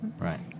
Right